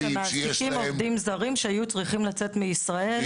שמעסיקים עובדים זרים שהיו צריכים לצאת מישראל.